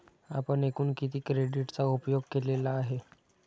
आपण एकूण किती क्रेडिटचा उपयोग केलेला आहे?